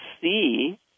see